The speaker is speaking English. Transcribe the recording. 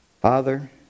Father